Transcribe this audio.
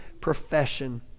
profession